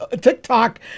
TikTok